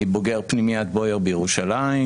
אני בוגר פנימיית בויאר בירושלים.